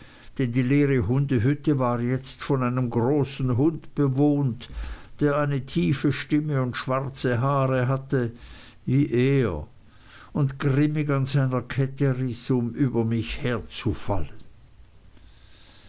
denn die leere hundehütte war jetzt von einem großen hund bewohnt der eine tiefe stimme und schwarze haare hatte wie er und grimmig an seiner kette riß um über mich